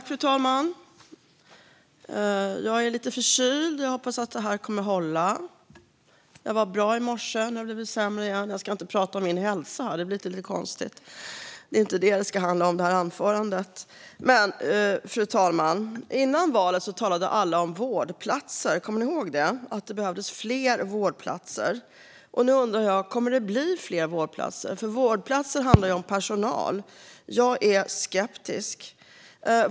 Fru talman! Före valet talade alla partier om att det behövs fler vårdplatser. Kommer ni ihåg det? Nu undrar jag: Kommer det att bli fler vårdplatser? Det handlar om personal, så jag är skeptisk.